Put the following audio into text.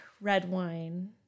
Redwine